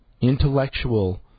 intellectual